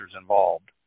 involved